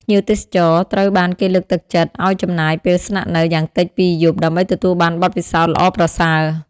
ភ្ញៀវទេសចរត្រូវបានគេលើកទឹកចិត្តឱ្យចំណាយពេលស្នាក់នៅ យ៉ាងតិចពីរយប់ ដើម្បីទទួលបានបទពិសោធន៍ល្អប្រសើរ។